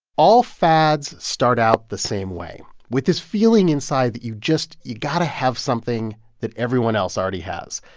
all fads start out the same way with this feeling inside that you just you got to have something that everyone else already has.